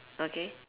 okay